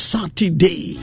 Saturday